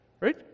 Right